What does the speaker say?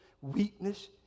weakness